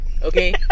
Okay